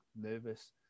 nervous